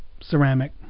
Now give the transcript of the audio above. ceramic